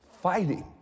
fighting